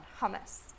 hummus